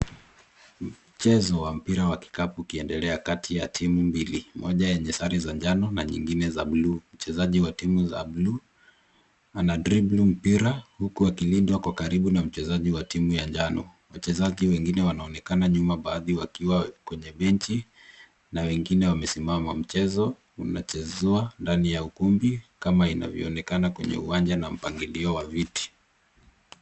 Mchezo wa mpira wa kikapu ukiendelea kati ya timu mbili, moja yenye sare za njano na nyingine za bluu. Mchezaji wa timu za bluu anadribble mpira huku akilindwa kwa karibu na mchezaji wa timu ya njano. Wachezaji wengine wanaonekana nyuma baadhi wakiwa kwenye benchi na wengine wamesimama. Mchezo unachezwa ndani ya ukumbi kama inavyoonekana kwenye uwanja na mpangilio wa viti.